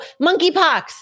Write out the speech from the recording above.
monkeypox